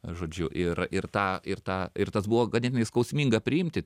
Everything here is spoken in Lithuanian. žodžiu ir ir tą ir tą ir tas buvo ganėtinai skausminga priimti